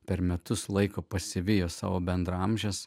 per metus laiko pasivijo savo bendraamžes